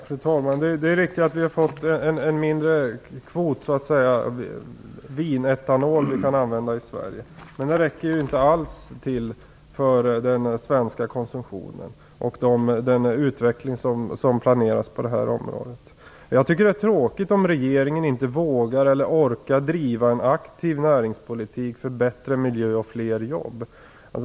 Fru talman! Det är riktigt att vi har fått en mindre kvot vinetanol att använda i Sverige. Den räcker ju inte alls till för den svenska konsumtionen och den utveckling som planeras på området. Jag tycker att det är tråkigt om regeringen inte vågar eller orka driva en aktiv näringspolitik för bättre miljö och fler jobb.